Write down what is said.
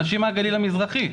אנשים מהגליל המזרחי.